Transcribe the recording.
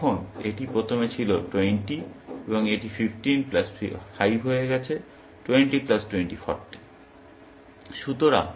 কারণ এখন এটি প্রথমে ছিল 20 এবং এটি 15 প্লাস 5 হয়ে গেছে 20 প্লাস 20 40